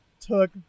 took